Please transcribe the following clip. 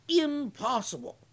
impossible